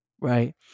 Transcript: Right